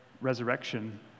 resurrection